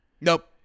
Nope